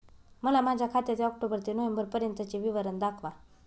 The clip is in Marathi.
मला माझ्या खात्याचे ऑक्टोबर ते नोव्हेंबर पर्यंतचे विवरण दाखवा